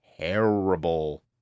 terrible